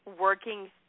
working